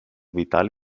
vital